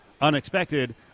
unexpected